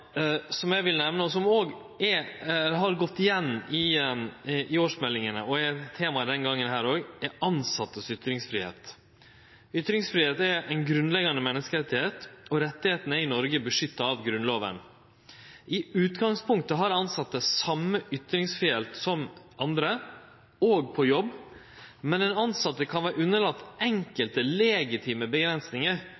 som eg vil nemne, som òg har gått igjen i årsmeldingane, og som er eit tema denne gongen òg, er ytringsfridomen til tilsette. Ytringsfridom er ein grunnleggjande menneskerett, og rettane er i Noreg beskytta av Grunnlova. I utgangspunktet har tilsette den same ytringsfridomen som andre, òg på jobb, men den tilsette kan vere